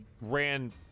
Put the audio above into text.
ran